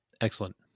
Excellent